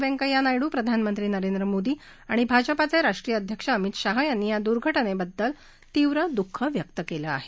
व्यंकैय्या नायडू प्रधानमंत्री नरेंद्र मोदी आणि भाजपाचे राष्ट्रीय अध्यक्ष अमित शाह यांनी या दुर्घटनेबद्दल तीव्र दुःख व्यक्त केलं आहे